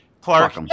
Clark